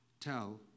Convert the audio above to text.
Tell